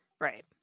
right